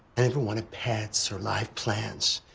never wanted pets or life plans,